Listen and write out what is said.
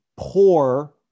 Poor